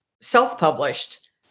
self-published